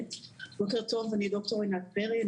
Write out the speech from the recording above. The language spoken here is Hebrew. בוקר טוב אני ד"ר עינת פרי,